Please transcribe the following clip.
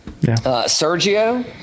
Sergio